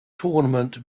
tournament